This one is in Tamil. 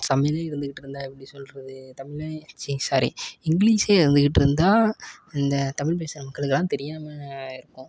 தமிழ்லயே இருந்துகிட்டிருந்தா எப்படி சொல்கிறது தமிழை சி சாரி இங்கிலீஷே இருந்துகிட்டிருந்தா அந்த தமிழ் பேசுற மக்களுக்கெல்லாம் தெரியாமல் இருக்கும்